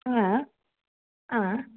ಹಾಂ ಹಾಂ